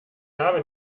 habe